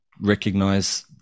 recognize